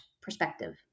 perspective